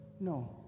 No